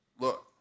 look